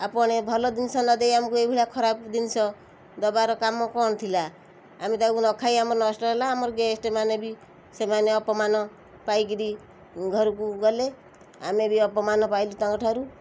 ଆପଣେ ଭଲ ଜିନିଷ ନ ଦେଇ ଆମକୁ ଏଇ ଭଳିଆ ଖରାପ ଜିନିଷ ଦବାର କାମ କ'ଣ ଥିଲା ଆମେ ତାକୁ ନ ଖାଇ ଆମର ନଷ୍ଟ ହେଲା ଆମର ଗେଷ୍ଟ୍ ମାନେ ବି ସେମାନେ ଅପମାନ ପାଇକିରି ଘରୁକୁ ଗଲେ ଆମେ ବି ଅପମାନ ପାଇଲୁ ତାଙ୍କଠାରୁ